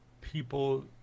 people